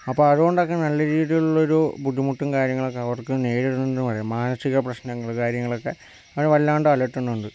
അപ്പം അത് കൊണ്ടെക്കെ നല്ല രീതിലുള്ളൊരു ബുദ്ധിമുട്ടും കാര്യങ്ങളൊക്കെ അവർക്ക് നേരിടുന്നുണ്ടെന്ന് പറയാം മാനസിക പ്രശനങ്ങള് കാര്യങ്ങളക്കെ അത് വല്ലാണ്ട് അലട്ടുന്നുണ്ട്